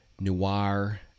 noir